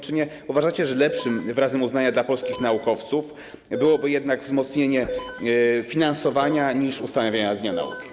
Czy nie uważacie, że lepszym wyrazem uznania dla polskich naukowców byłoby jednak wzmocnienie finansowania, a nie ustanawianie dnia nauki?